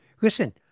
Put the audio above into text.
Listen